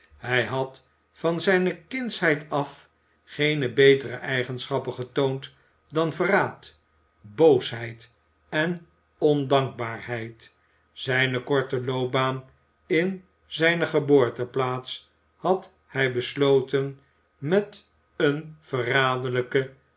hij had van zijne kindsheid af geene betere eigenschappen getoond dan verraad boosheid en ondankbaarheid zijne korte loopbaan in zijne geboorteplaats had hij besloten met een verraderlijken